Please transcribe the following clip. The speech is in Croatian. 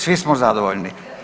Svi smo zadovoljni.